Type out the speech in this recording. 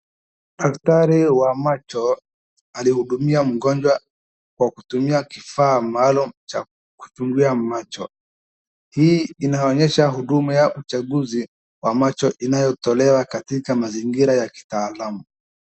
Daktari wa macho alihudumia mgonjwa kwa kutumia kifaa maalum cha kupimia macho. Hii inaonyesha huduma ya uchaguzi wa macho inayotolewa katika mazingira ya kitaalamu.